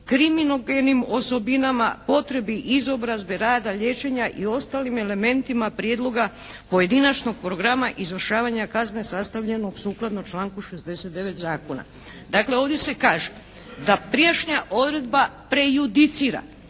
kriminogenim osobinama, potrebi izobrazbe rada liječenja i ostalim elementima prijedloga pojedinačnog programa izvršavanja kazne sastavljenog sukladno članku 69. zakona. Dakle, ovdje se kaže da prijašnja odredba prejudicira